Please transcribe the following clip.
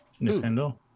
Nintendo